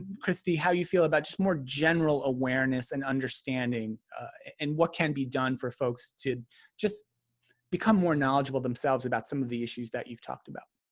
kristy, how you feel about just more general awareness and understanding and what can be done for folks to just become more knowledgeable themselves about some of the issues that you've talked about?